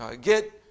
get